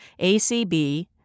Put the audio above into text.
ACB